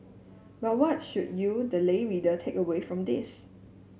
but what should you the lay reader take away from this